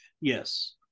Yes